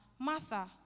Martha